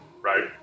right